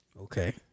Okay